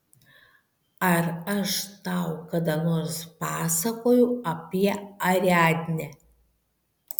ar aš tau kada nors pasakojau apie ariadnę